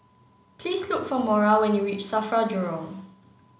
please look for Maura when you reach SAFRA Jurong